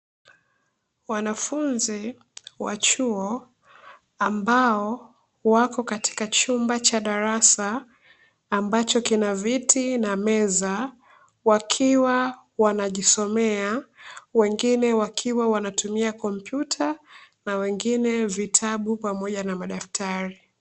wanafunzi wa chuo ambao wako katika chumba cha darasa, ambacho kina viti na meza wakiwa wanajisomea, wengine wakiwa wanatumia komptuta, na wengine vitabu pamoja na madaftari .